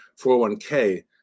401k